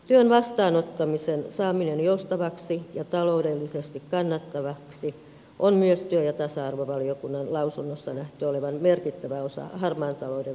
työn vastaanottamisen saamisen joustavaksi ja taloudellisesti kannattavaksi on myös työ ja tasa arvovaliokunnan lausunnossa nähty olevan merkittävä osa harmaan talouden vähentämisessä